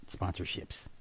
sponsorships